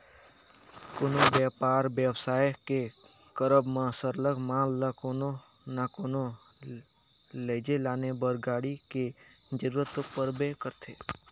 कोनो बयपार बेवसाय के करब म सरलग माल ल कोनो ना कोनो लइजे लाने बर गाड़ी के जरूरत तो परबे करथे